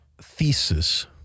thesis